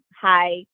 hi